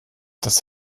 das